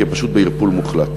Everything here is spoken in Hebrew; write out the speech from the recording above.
כי הם פשוט בערפול מוחלט.